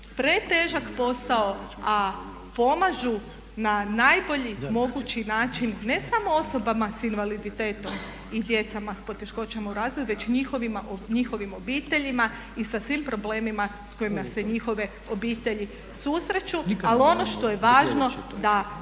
pretežak posao, a pomažu na najbolji mogući način ne samo osobama sa invaliditetom i djecom s poteškoćama u razvoju već njihovim obiteljima i sa svim problemima sa kojima se njihove obitelji susreću. Ali ono što je važno da